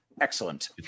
Excellent